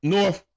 North